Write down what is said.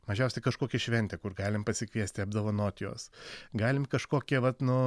mažiausiai kažkokią šventę kur galim pasikviesti apdovanot juos galim kažkokią vat nu